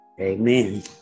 Amen